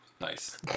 Nice